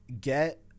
get